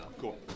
Cool